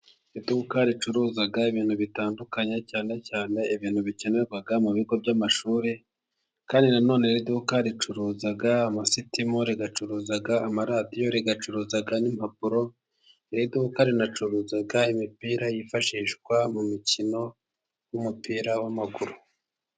Iduka ricuruza ibintu bitandukanye, cyane cyane ibintu bikenerwa mu bigo by'amashuri, kandi na none iri duka ricuruza amasitimu rigacuruza amaradiyo, rigacuruza n'impapuro. Iri duka rinacuruza imipira yifashishwa mu mikino y'umupira w'amaguru.